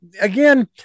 again